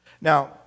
Now